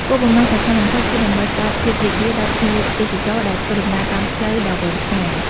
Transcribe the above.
គោលបំណងសំខាន់បំផុតគឺដើម្បីផ្តល់ភាពរីករាយដល់ភ្ញៀវទេសចរដែលធ្វើដំណើរតាមផ្លូវដ៏វែងឆ្ងាយ។